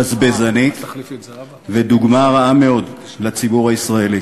בזבזנית ודוגמה רעה מאוד לציבור הישראלי.